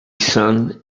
son